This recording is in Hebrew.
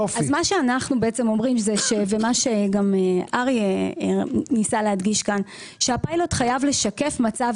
אנחנו אומרים וגם אריה ניסה להדגיש זה שהפיילוט חייב לשקף מצב